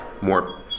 more